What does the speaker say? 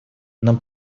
нам